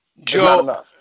Joe